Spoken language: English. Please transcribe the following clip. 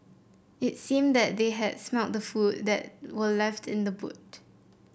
it seemed that they had smelt the food that were left in the boot